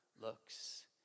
looks